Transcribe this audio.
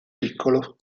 piccolo